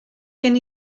gen